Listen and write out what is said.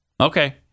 Okay